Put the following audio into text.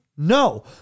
No